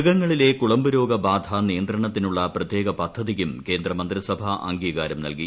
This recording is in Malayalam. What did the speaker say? മൃഗങ്ങളിലെ കുളമ്പുരോഗബാധ നിയന്ത്രണത്തിനായുള്ള പ്രത്യേക പദ്ധതിക്കും കേന്ദ്രമന്ത്രിസഭ അംഗീകാരം നൽകി